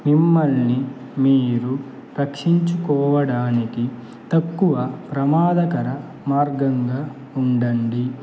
మిమ్మల్ని మీరు రక్షించుకోవడానికి తక్కువ ప్రమాదకర మార్గంగా ఉండండి